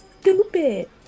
stupid